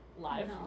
live